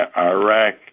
Iraq